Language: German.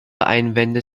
einwände